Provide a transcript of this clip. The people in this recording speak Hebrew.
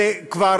זה כבר